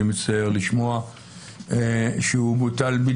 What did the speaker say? אני מצטער לשמוע שהוא בוטל.